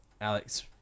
Alex